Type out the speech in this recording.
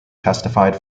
testified